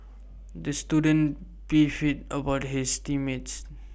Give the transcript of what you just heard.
the student beefed about his team mates